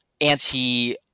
anti –